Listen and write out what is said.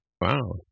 Wow